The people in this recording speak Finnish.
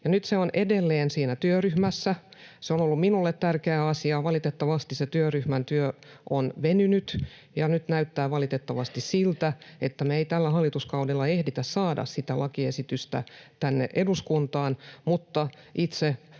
Nyt se on edelleen siinä työryhmässä. Se on ollut minulle tärkeä asia. Valitettavasti se työryhmän työ on venynyt, ja nyt näyttää valitettavasti siltä, että me ei tällä hallituskaudella ehditä saamaan sitä lakiesitystä tänne eduskuntaan, mutta itse